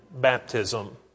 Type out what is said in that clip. baptism